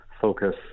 focus